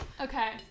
Okay